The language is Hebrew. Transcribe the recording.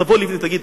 תבוא לבני ותגיד,